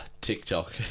TikTok